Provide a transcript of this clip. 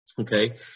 Okay